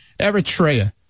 eritrea